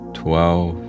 twelve